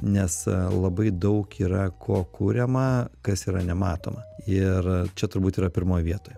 nes labai daug yra ko kuriama kas yra nematoma ir čia turbūt yra pirmoj vietoj